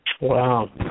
Wow